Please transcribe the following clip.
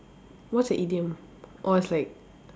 what's a idiom orh it's like